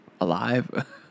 alive